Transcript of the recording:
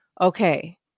okay